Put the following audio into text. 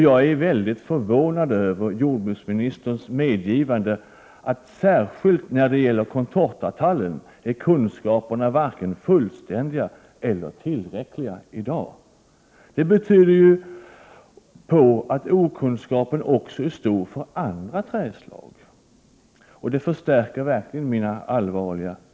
Jag är mycket förvånad över jordbruksministerns medgivande, att vi inte har vare sig fullständiga eller tillräckliga kunskaper i dag om contortatallen. Det tyder på att okunskapen också är stor i fråga om andra trädslag. Det förstärker verkligen min oro.